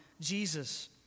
Jesus